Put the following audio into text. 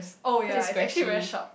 oh ya it's actually very sharp